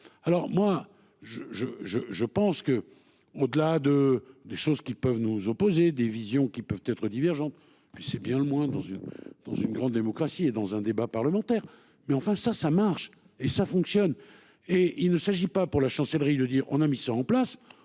Alors moi je je je je pense que au-delà de des choses qui peuvent nous opposer des visions qui peuvent être divergentes. Puis c'est bien le moins dans une dans une grande démocratie et dans un débat parlementaire mais enfin ça ça marche et ça fonctionne et il ne s'agit pas pour la chancellerie de dire on a mis ça en place on